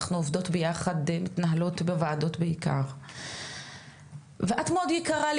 אנחנו עבודות ביחד ואנחנו מתנהלות בוועדות יחד בעיקר ואת מאוד יקרה לי